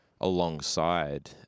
alongside